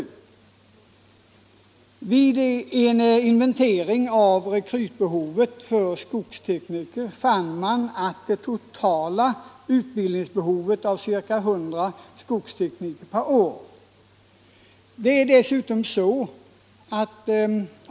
Vid en inventering av rekrytbehovet i fråga om skogstekniker fann man att det totala utbildningsbehovet uppgick till ca 100 per år.